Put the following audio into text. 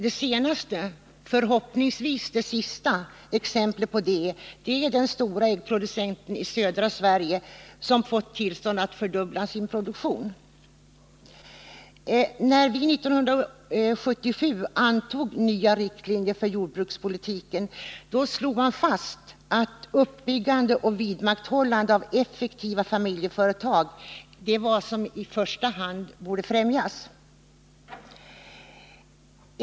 Det senaste — förhoppningsvis sista — exemplet på detta är den stora äggproducent i södra Sverige som fått tillstånd att fördubbla sin produktion. När vi 1977 antog nya riktlinjer för jordbrukspolitiken slogs det fast att uppbyggnad och vidmakthållande av effektiva familjeföretag var det som i första hand borde främjas.